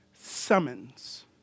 summons